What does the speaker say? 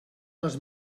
les